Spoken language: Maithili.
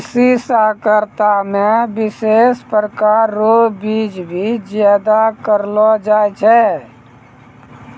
कृषि सहकारिता मे विशेष प्रकार रो बीज भी उत्पादन करलो जाय छै